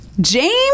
James